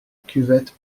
cuvette